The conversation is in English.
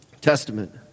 Testament